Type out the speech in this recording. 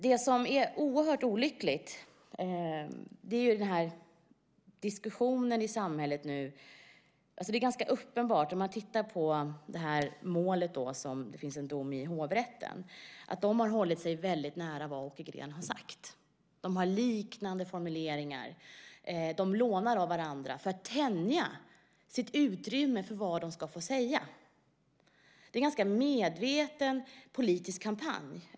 Det är oerhört olyckligt med diskussionen i samhället. Det är ganska uppenbart. Man kan titta på målet där det finns en dom i hovrätten. De har hållit sig väldigt nära vad Åke Green har sagt. De har liknande formuleringar. De lånar av varandra för att tänja sitt utrymme för vad de ska få säga. Det är en ganska medveten politisk kampanj.